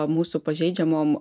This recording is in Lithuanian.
mūsų pažeidžiamom